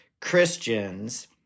Christians